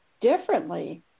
differently